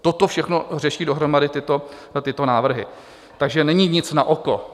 Toto všechno řeší dohromady tyto návrhy, takže není nic naoko.